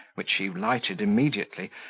which he lighted immediately,